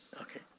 okay